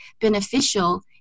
beneficial